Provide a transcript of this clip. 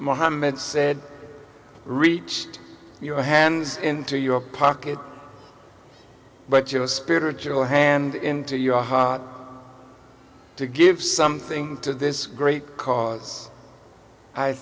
mohammad said reach your hands into your pocket but your spiritual hand into your hot to give something to this great cause i